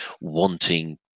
wanting